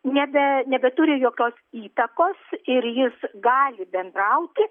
nebe nebeturi jokios įtakos ir jis gali bendrauti